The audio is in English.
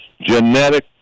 genetic